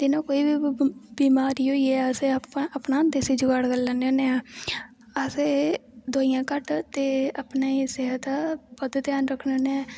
ते न कोई बी बमारी होई जा असें अपना देस्सी जुगाड़ करी लैन्ने होन्ने ऐं अस दवाईयां घट्ट ते अपनी सेह्त बद्ध ध्यान रक्खने होन्ने ऐं